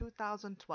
2012